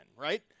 right